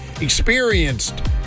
experienced